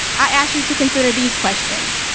i ask you to consider these questions.